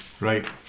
right